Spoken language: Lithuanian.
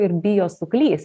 ir bijo suklysti